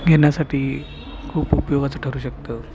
घेण्यासाठी खूप उपयोगाचं ठरू शकतं